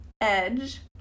EDGE